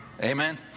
Amen